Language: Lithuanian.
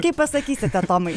kaip pasakysite tomai